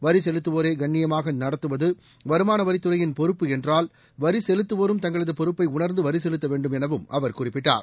வரி செலுத்துவோரை கண்ணியமாக நடத்துவது வருமான வரித் துறையின் பொறுப்பு என்றால் வரி செலுத்தவோரும் தங்களது பொறுப்பை உணர்ந்து வரி செலுத்த வேண்டும் எனவும் அவர் குறிப்பிட்டார்